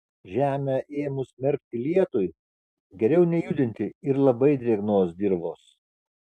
žemę ėmus merkti lietui geriau nejudinti ir labai drėgnos dirvos